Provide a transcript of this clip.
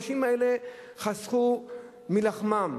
האנשים האלה חסכו מלחמם,